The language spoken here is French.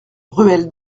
ruelle